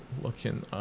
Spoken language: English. looking